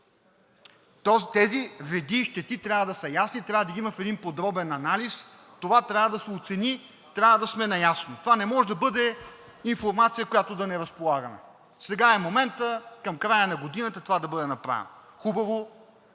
Тези вреди и щети трябва да са ясни, трябва да ги има в един подробен анализ. Това трябва да се оцени, трябва да сме наясно. Това не може да бъде информация, с която да не разполагаме. Сега е моментът, към края на годината, това да бъде направено. Хубаво,